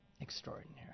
extraordinary